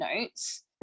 notes